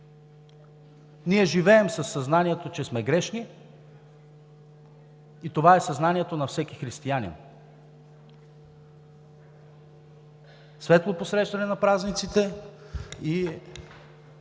Ние живеем със съзнанието, че сме грешни, и това е съзнанието на всеки християнин. Светло посрещане на празниците!